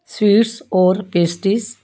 sweets ਔਰ pastries